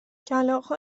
کلاغها